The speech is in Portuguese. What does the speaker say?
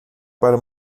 para